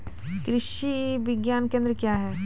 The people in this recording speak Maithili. कृषि विज्ञान केंद्र क्या हैं?